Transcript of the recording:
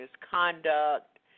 misconduct